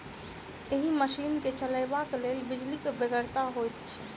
एहि मशीन के चलयबाक लेल बिजलीक बेगरता होइत छै